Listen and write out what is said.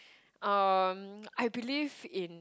um I believe in